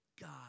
God